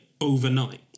overnight